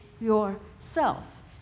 yourselves